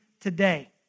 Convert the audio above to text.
today